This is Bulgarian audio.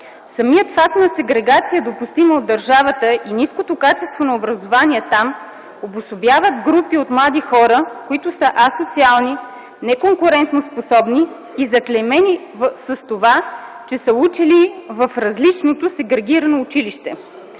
Самият факт на сегрегация, допустима от държавата, и ниското качество на образование там, обособяват групи от млади хора, които са асоциални, не конкурентоспособни и заклеймени с това, че са учили в „различното” сегрегирано училище.